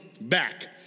back